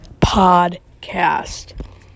Podcast